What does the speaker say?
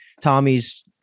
Tommy's